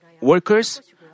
workers